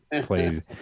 played